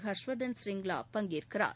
ஹர்ஷவர்தன் ஸ்ரிங்லா பங்கேற்கிறார்